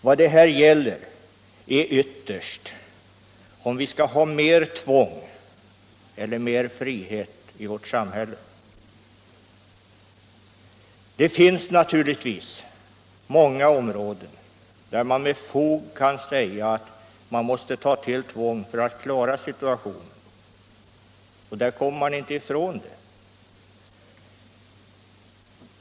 Vad det här ytterst gäller är om vi skall ha mer tvång eller mer frihet i vårt samhälle. Det finns naturligtvis många områden i vårt samhälle där man måste tillgripa tvång för att klara en viss situation.